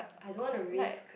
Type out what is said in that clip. I don't want to risk